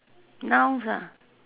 nouns ah